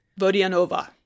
Vodianova